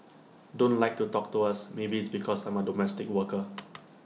don't like to talk to us maybe it's because I am A domestic worker